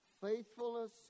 Faithfulness